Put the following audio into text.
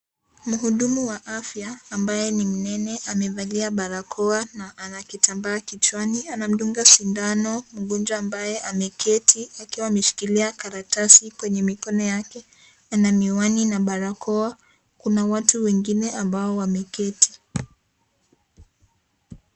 Mhudumu wa afya ambaye ni mnene. Amevalia barakoa na ana kitambaa kichwani. Anamdunga sindano mgonjwa ambaye ameketi, akiwa ameshikilia karatasi kwenye mikono yake. Ana miwani na barakoa. Kuna watu wengine ambao wameketi.